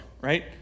right